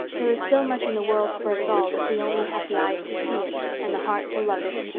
there is so much in the world for us all if we only have the eyes to see it, and the heart to love it,